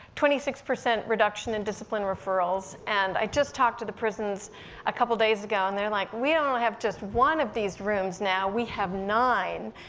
twenty six percent reduction in discipline referrals. and i just talked to the prisons a couple days ago, and they're like, we don't have just one of these rooms now, we have nine.